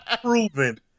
proven